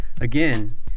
again